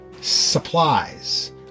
supplies